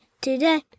today